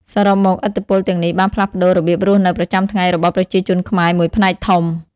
សរុបមក ឥទ្ធិពលទាំងនេះបានផ្លាស់ប្តូររបៀបរស់នៅប្រចាំថ្ងៃរបស់ប្រជាជនខ្មែរមួយផ្នែកធំ។